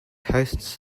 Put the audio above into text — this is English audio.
hosts